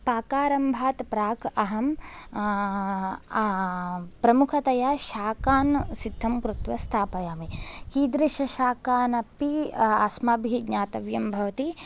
पाकारम्भात् प्राक् अहं प्रमुखतया शाकान् सिद्धं कृत्वा स्थापयामि कीदृशशाकान् अपि अस्माभिः ज्ञातव्यं भवति